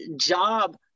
job